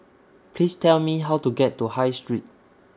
Please Tell Me How to get to High Street